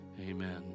Amen